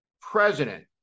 president